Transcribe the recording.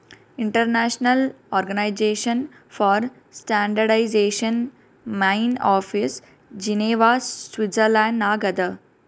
international organization for standardization main office Geneva Switzerland ನಾಗ್ ಅದಾ